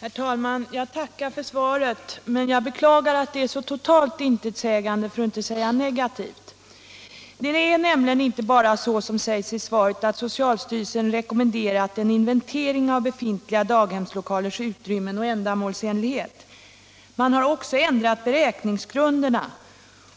Herr talman! Jag tackar för svaret men beklagar att det är så totalt intetsägande, för att inte säga negativt. Det är nämligen inte bara så, som sägs i svaret, att socialstyrelsen ”rekommenderat en inventering av befintliga daghemslokalers utrymmen och ändamålsenlighet”. Man har också ändrat beräkningsgrunderna,